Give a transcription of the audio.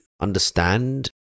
understand